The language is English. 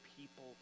people